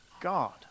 God